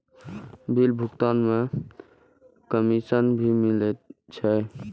Bill भुगतान में commission भी मिले छै?